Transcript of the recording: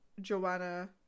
Joanna